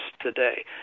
today